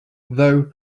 though